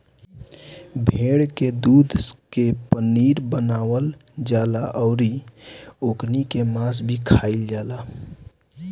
भेड़ के दूध के पनीर बनावल जाला अउरी ओकनी के मांस भी खाईल जाला